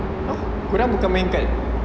!huh! korang bukan main dekat